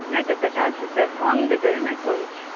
नहि तऽ पचास रुपैआ कम देबय अइमे कोन छै